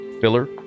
filler